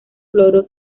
cloro